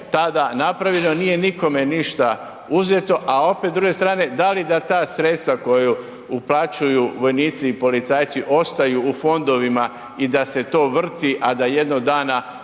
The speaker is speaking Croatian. tada napravljeno, nije nikome ništa uzeo a opet s druge strane, da li da ta sredstva koja uplaćuju vojnici i policajci ostaju u fondovima i da se to vrti a da jednog dana